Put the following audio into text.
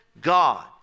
God